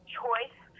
choice